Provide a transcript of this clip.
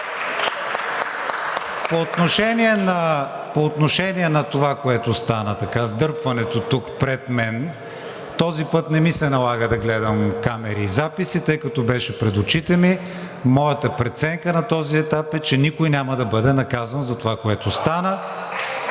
По отношение на това, което стана – сдърпването пред мен, този път не ми се налага да гледам камери и записи, тъй като беше пред очите ми. Моята преценка на този етап е, че никой няма да бъде наказан за това, което стана